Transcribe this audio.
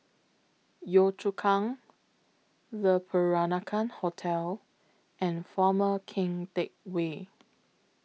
Yio Chu Kang Le Peranakan Hotel and Former Keng Teck Whay